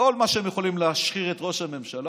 בכל מה שהם יכולים להשחיר את ראש הממשלה,